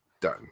Done